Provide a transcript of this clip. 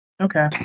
Okay